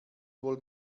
wohl